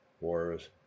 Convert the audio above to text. wars